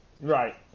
Right